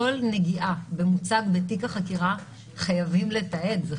כל נגיעה במוצג בתיק החקירה חייבים לתעד.